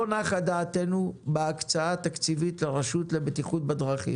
דעתנו לא נוחה מההקצאה התקציבית לרלב"ד.